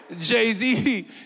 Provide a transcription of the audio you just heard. Jay-Z